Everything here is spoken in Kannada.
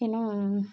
ಇನ್ನೂ